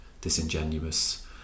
disingenuous